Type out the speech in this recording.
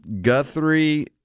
Guthrie